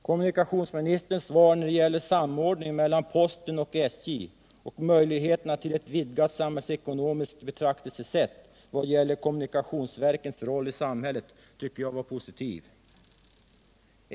Kommunikationsministerns svar på frågan om samordningen mellan bl.a. posten och SJ och möjligheterna till ett vidgat samhällsekonomiskt betraktelsesätt när det gäller kommunikationsverkens roll i samhället tycker jag var positivt.